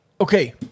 okay